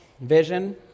vision